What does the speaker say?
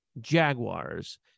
Jaguars